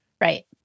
Right